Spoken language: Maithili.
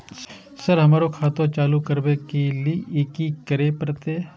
सर हमरो खाता चालू करबाबे के ली ये की करें परते?